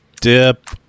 Dip